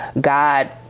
God